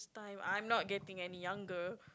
time I'm not getting any younger